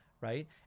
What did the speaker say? Right